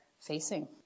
facing